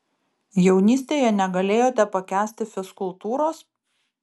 jaunystėje negalėjote pakęsti fizkultūros